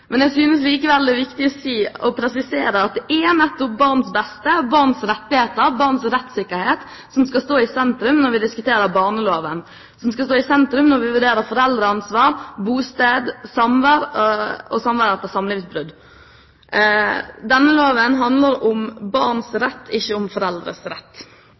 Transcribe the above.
Men jeg synes likevel det er viktig å presisere at det er nettopp barns beste, barns rettigheter, barns rettssikkerhet, som skal stå i sentrum når vi diskuterer barneloven. Det skal stå i sentrum når vi vurderer foreldreansvar, bosted, samvær og samvær etter samlivsbrudd. Denne loven handler om barns rett, ikke om foreldres rett.